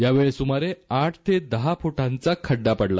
यावेळी सुमारे आठ ते दहा फुटांचा खड्डा पडला